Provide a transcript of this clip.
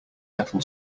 metal